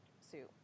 suit